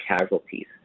casualties